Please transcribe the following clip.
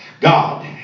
God